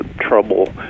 trouble